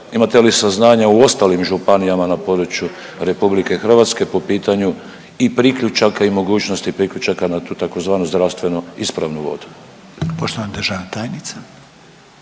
imate li saznanja o ostalim županijama na području Republike Hrvatske po pitanju i priključaka i mogućnosti priključaka na tu tzv. zdravstveno ispravnu vodu? **Reiner, Željko